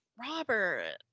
Robert